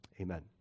amen